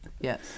Yes